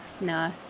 no